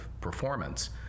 performance